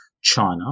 China